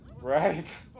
right